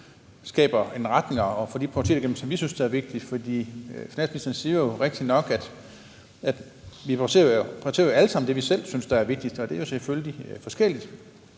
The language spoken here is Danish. skaber en retning og får de prioriteter igennem, som vi synes er vigtige. For finansministeren siger rigtigt nok, at vi jo alle sammen prioriterer det, vi selv synes er vigtigst, og det er selvfølgelig forskelligt.